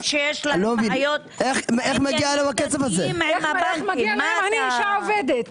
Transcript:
אני אשה עובדת.